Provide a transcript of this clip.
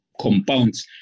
compounds